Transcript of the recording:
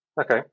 okay